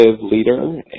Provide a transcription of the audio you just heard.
leader